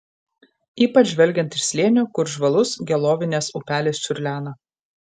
ypač žvelgiant iš slėnio kur žvalus gelovinės upelis čiurlena